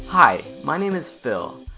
hi, my name is phil.